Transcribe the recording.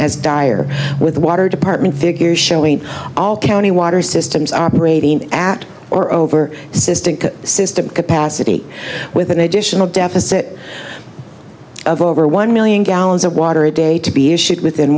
as dire with water department figures showing all county water systems are operating at or over cystic system capacity with an additional deficit of over one million gallons of water a day to be issued within